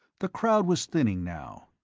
the crowd was thinning now.